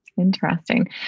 Interesting